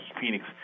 Phoenix